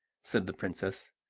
said the princess,